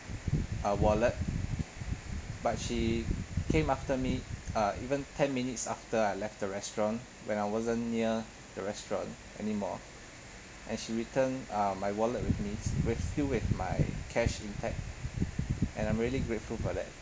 uh wallet but she came after me uh even ten minutes after I left the restaurant when I wasn't near the restaurant anymore and she returned uh my wallet with me with still with my cash in fact and I'm really grateful for that